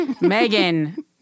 Megan